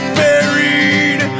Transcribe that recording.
buried